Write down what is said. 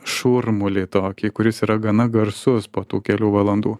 šurmulį tokį kuris yra gana garsus po tų kelių valandų